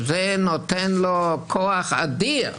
וזה נותן לו כוח אדיר.